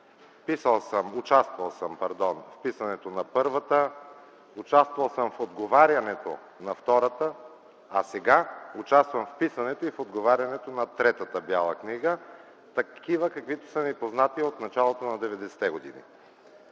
Писал съм, участвал съм в писането на първата, участвал съм в отговарянето на втората, а сега участвам в писането и в отговарянето на третата Бяла книга – такива, каквито са ни познати от началото на 90-те години.